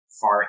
far